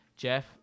Jeff